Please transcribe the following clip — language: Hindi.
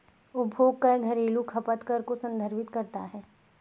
उपभोग कर घरेलू खपत कर को संदर्भित करता है